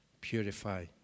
purify